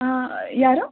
ಹಾಂ ಯಾರು